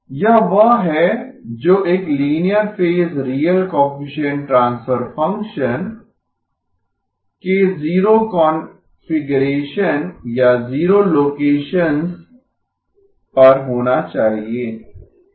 यह वह है जो एक linear phase real coefficient transfer function के जीरो कॉन्फिगरेसन या जीरो लोकेसंस पर होना चाहिए